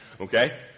Okay